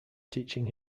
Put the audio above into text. teaching